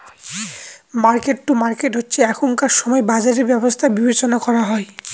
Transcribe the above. market to market হচ্ছে এখনকার সময় বাজারের ব্যবস্থা বিবেচনা করা